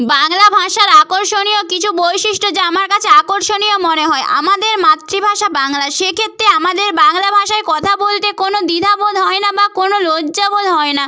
বাংলা ভাষার আকর্ষণীয় কিছু বৈশিষ্ট্য যা আমার কাছে আকর্ষণীয় মনে হয় আমাদের মাতৃভাষা বাংলা সেক্ষেত্রে আমাদের বাংলা ভাষায় কথা বলতে কোনো দ্বিধা বোধ হয় না বা কোনো লজ্জা বোধ হয় না